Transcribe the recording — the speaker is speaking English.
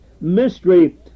mystery